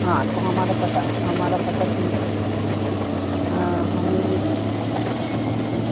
हाँ तो हमारा पता हमारा पता सुन लीजिये हमें